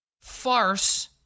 farce